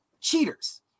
cheaters